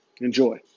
Enjoy